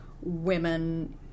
women